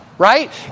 Right